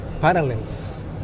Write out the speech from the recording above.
parallels